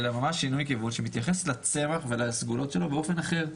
זה שינוי כיוון שמתייחס לצמח ולסגולות שלו באופן אחר.